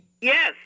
Yes